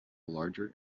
larger